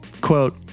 Quote